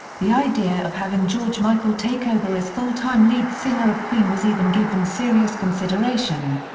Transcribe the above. the idea of having george michael take over as full-time lead singer of queen was even given serious consideration.